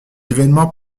événements